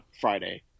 Friday